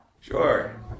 Sure